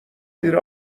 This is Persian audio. زیر